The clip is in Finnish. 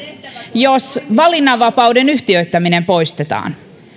jos valinnanvapauden yhtiöittäminen poistetaan